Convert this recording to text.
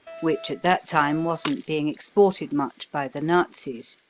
which at that time wasn't being exported much by the nazis.